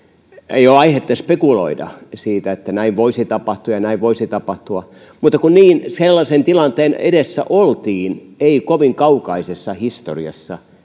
ei ole aihetta spekuloida sitä että näin voisi tapahtua ja näin voisi tapahtua mutta kun sellaisen tilanteen edessä oltiin ei kovin kaukaisessa historiassa